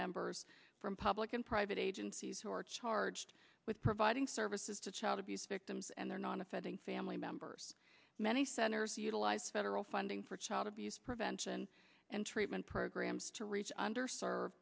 members from public and private agencies who are charged with providing services to child abuse victims and their non offending family members many centers utilize federal funding for child abuse prevention and treatment programs to reach under served